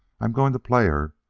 i'm going to play her,